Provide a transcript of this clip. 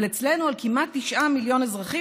אבל אצלנו על כמעט תשעה מיליון אזרחים